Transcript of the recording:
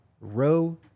row